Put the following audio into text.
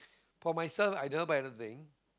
for myself i don't buy anything